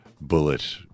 bullet